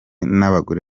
n’abagore